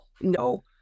No